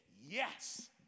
yes